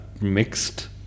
mixed